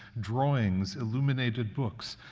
drawings, illuminated books.